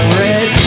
red